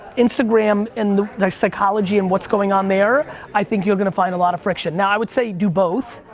instagram and the psychology and what's going on there, i think you're gonna find a lot of friction. now i would say do both,